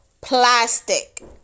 plastic